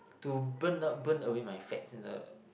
to burn up burn away my fats in the